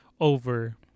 over